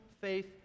faith